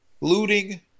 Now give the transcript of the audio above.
looting